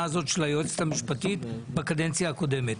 הזאת של היועצת המשפטית בקדנציה הקודמת.